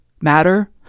matter